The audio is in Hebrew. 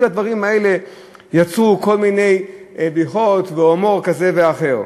לדברים האלה יצרו כל מיני בדיחות והומור כזה ואחר.